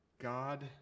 God